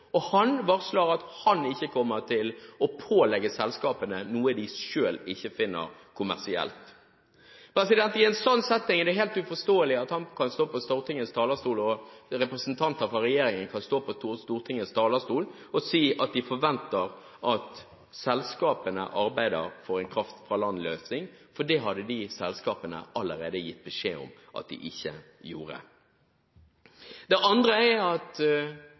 grunn. Han varsler at han ikke kommer til å pålegge selskapene noe de selv ikke finner kommersielt. I en sånn setting er det helt uforståelig at han kan stå på Stortingets talerstol, at representanter for regjeringen kan stå på Stortingets talerstol, og si at de forventer at selskapene arbeider for en kraft fra land-løsning, for det hadde selskapene allerede gitt beskjed om at de ikke gjorde. Det andre er at